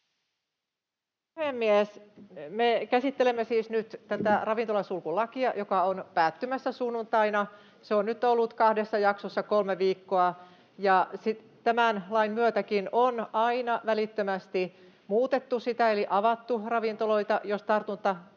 Me käsittelemme siis nyt tätä ravintolasulkulakia, joka on päättymässä sunnuntaina. Se on nyt ollut kahdessa jaksossa kolme viikkoa, ja tämän lain myötäkin on aina välittömästi muutettu sitä eli on avattu ravintoloita, jos tartuntatilanne,